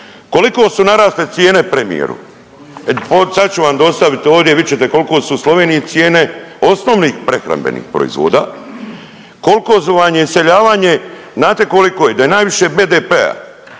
Koliko su narasle cijene premijeru? Sad ću vam dostavit ovdje vid ćete koliko su u Sloveniji cijene osnovnih prehrambenih proizvoda. Koliko vam je iseljavanje, znate koliko da je naviše BDP-a